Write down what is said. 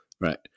right